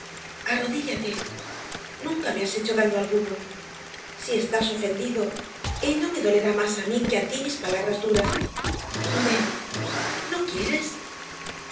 arrodíllate nunca me has hecho daño alguno si estás ofendido ello me dolerá a mí más que a ti mis palabras duras ven no quieres